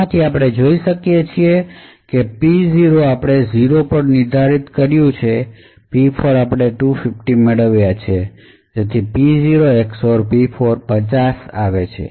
આમાંથી આપણે જોઈ શકીએ છીએ કે P0 આપણે 0 પર નિર્ધારિત કર્યું છે P4 આપણે 250 મેળવ્યા છે તેથી P0 XOR P4 50 ની બરાબર છે